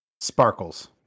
Sparkles